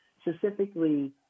Specifically